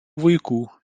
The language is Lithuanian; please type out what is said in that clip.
vaikų